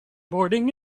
boarding